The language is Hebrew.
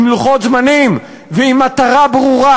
עם לוחות זמנים ועם מטרה ברורה.